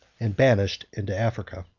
and banished into africa.